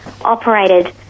operated